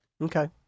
Okay